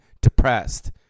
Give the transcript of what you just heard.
depressed